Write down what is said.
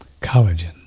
collagen